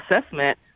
assessment